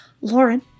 lauren